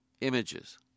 images